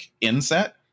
inset